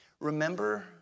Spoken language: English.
Remember